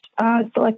select